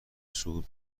صعود